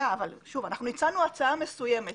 הצענו הצעה מסוימת.